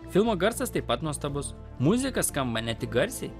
filmo garsas taip pat nuostabus muzika skamba ne tik garsiai